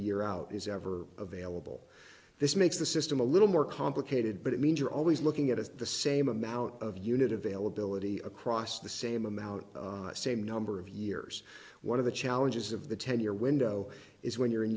year out is ever available this makes the system a little more complicated but it means you're always looking at the same amount of unit availability across the same amount same number of years one of the challenges of the ten year window is when you're in